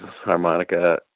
harmonica